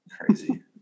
Crazy